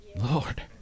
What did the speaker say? Lord